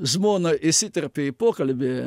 žmona įsiterpė į pokalbį